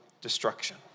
destruction